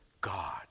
God